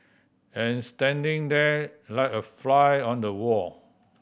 and standing there like a fly on the wall